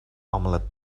omelette